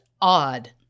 odd